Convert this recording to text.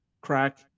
crack